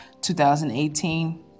2018